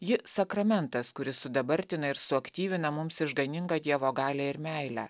ji sakramentas kuris sudabartina ir suaktyvina mums išganingą dievo galią ir meilę